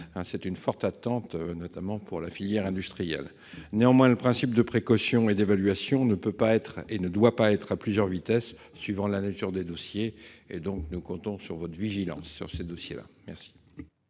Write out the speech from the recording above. C'est une forte attente, notamment de la filière industrielle. Néanmoins, le principe de précaution et d'évaluation ne peut pas être et ne doit pas être à plusieurs vitesses suivant la nature des dossiers. Nous comptons également sur votre vigilance à cet égard. La